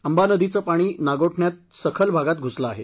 आंबा नदीचं पाणी नागोठाण्यात सखल भागात घुसलं आहे